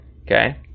okay